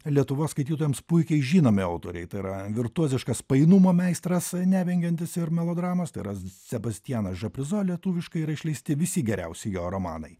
lietuvos skaitytojams puikiai žinomi autoriai tai yra virtuoziškas painumo meistras nevengiantis ir melodramos tai yra sebastianas žaprizo lietuviškai išleisti visi geriausi jo romanai